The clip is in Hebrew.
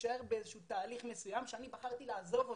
להישאר באיזשהו תהליך מסוים שאני בחרתי לעזוב אותו.